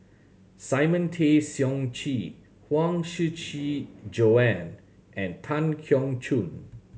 Simon Tay Seong Chee Huang Shiqi Joan and Tan Keong Choon